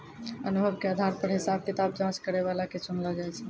अनुभव के आधार पर हिसाब किताब जांच करै बला के चुनलो जाय छै